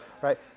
right